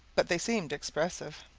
but they seemed expressive.